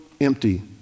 empty